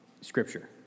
Scripture